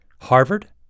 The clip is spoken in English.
Harvard